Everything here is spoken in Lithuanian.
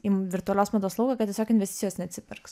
į virtualios mados lauką kad tiesiog investicijos neatsiperks